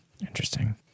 Interesting